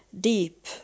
deep